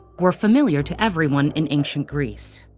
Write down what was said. were familiar to everyone in ancient greece.